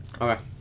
Okay